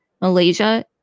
Malaysia